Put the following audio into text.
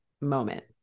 moment